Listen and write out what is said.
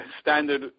standard